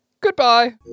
Goodbye